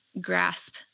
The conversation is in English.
grasp